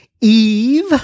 Eve